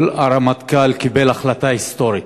הרמטכ"ל קיבל אתמול החלטה היסטורית: